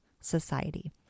Society